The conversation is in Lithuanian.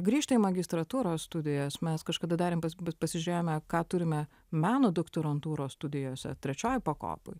grįžta į magistratūros studijas mes kažkada darėme pas pasižiūrėjome ką turime meno doktorantūros studijose trečioj pakopoj